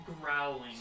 growling